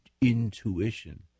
intuition